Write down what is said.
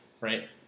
right